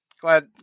Glad